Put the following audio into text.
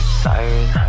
siren